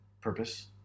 purpose